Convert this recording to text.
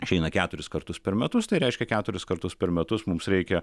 išeina keturis kartus per metus tai reiškia keturis kartus per metus mums reikia